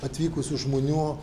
atvykusių žmonių